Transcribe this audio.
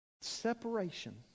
Separation